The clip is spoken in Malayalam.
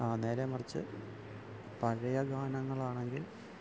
നേരെമറിച്ചു പഴയ ഗാനങ്ങളാണെങ്കിൽ